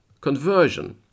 conversion